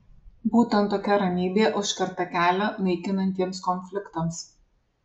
būtent tokia ramybė užkerta kelią naikinantiems konfliktams